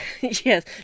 Yes